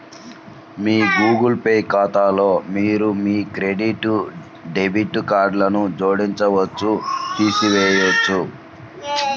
మీ Google Pay ఖాతాలో మీరు మీ క్రెడిట్, డెబిట్ కార్డ్లను జోడించవచ్చు, తీసివేయవచ్చు